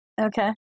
Okay